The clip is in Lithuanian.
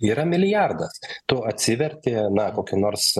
yra milijardas tu atsiverti na kokį nors